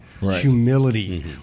humility